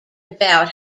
about